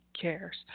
cares